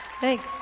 Thanks